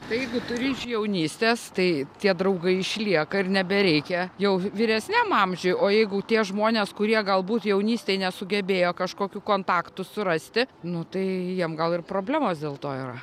tai jeigu turi iš jaunystės tai tie draugai išlieka ir nebereikia jau vyresniam amžiuj o jeigu tie žmonės kurie galbūt jaunystėj nesugebėjo kažkokių kontaktų surasti nu tai jiem gal ir problemos dėl to yra